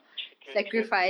true true true